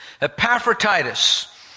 Epaphroditus